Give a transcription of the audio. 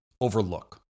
overlook